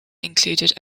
included